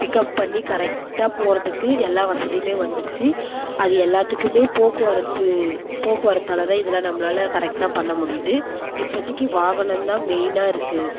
pickup பண்ணி கரெக்டாக போகிறதுக்கு எல்லா வசதியும் வந்துடுச்சு அது எல்லாத்துக்கும் போக்குவரத்து போக்குவரத்தால் தான் இதெல்லாம் நம்மளால கரெக்டாக பண்ண முடியுது இப்போதிக்கி வாகனம்தான் மெயினாக இருக்குது